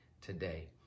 today